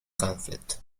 conflict